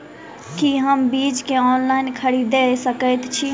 की हम बीज केँ ऑनलाइन खरीदै सकैत छी?